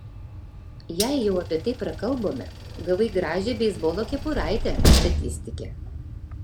jei jau apie tai prakalbome gavai gražią beisbolo kepuraitę statistike